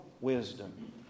wisdom